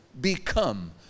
become